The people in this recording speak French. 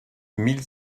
mille